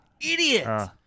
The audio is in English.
Idiot